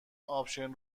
آپشن